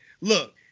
Look